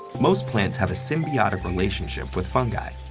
most plants have a symbiotic relationship with fungi,